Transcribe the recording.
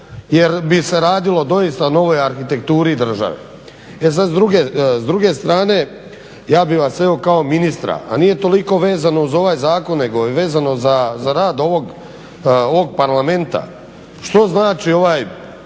jer bi se radilo doista o novoj arhitekturi države. E sad s druge strane ja bi vas evo kao ministra, a nije toliko vezano uz ovaj zakon, nego je vezano za rad ovog Parlamenta, što znači ovaj